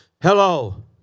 Hello